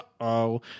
Uh-oh